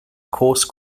coarse